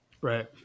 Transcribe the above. right